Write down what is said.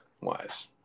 wise